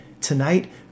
tonight